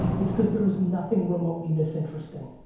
it's cause there was nothing remotely this interesting.